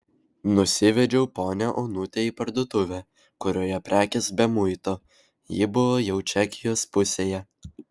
nusivedžiau ponią onutę į parduotuvę kurioje prekės be muito ji buvo jau čekijos pusėje